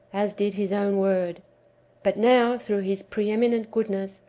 as did his own word but now, through his pre-eminent goodness,